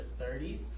30s